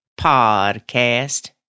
podcast